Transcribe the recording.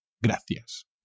Gracias